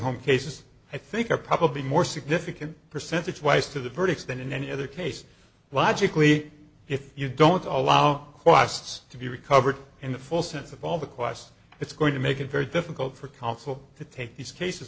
home cases i think are probably more significant percentage wise to the verdicts than in any other case logically if you don't allow quests to be recovered in the full sense of all the quest it's going to make it very difficult for counsel to take these cases